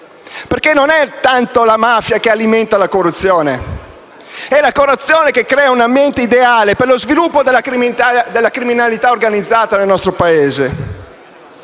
forte. Non è tanto la mafia che alimenta la corruzione; è la corruzione che crea un ambiente ideale per lo sviluppo della criminalità organizzata nel nostro Paese.